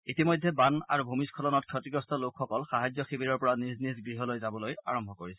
ইতিমধ্যে বান আৰু ভূমিখ্বনলত ক্ষতিগ্ৰস্ত লোকসকল সাহায্য শিবিৰৰ পৰা নিজ নিজ গৃহলৈ যাবলৈ আৰম্ভ কৰিছে